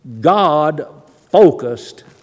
God-focused